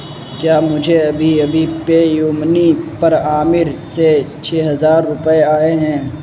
کیا مجھے ابھی ابھی پے یو منی پر عامر سے چھ ہزار روپئے آئے ہیں